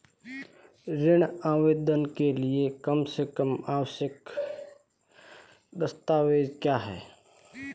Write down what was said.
ऋण आवेदन के लिए कम से कम आवश्यक दस्तावेज़ क्या हैं?